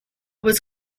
was